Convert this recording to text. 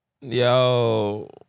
Yo